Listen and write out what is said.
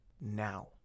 now